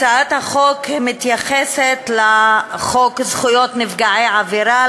הצעת החוק מתייחסת לחוק זכויות נפגעי עבירה,